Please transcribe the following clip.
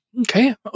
Okay